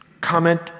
comment